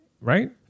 right